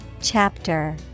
Chapter